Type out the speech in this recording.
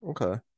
Okay